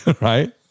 Right